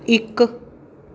ਇੱਕ